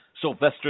Sylvester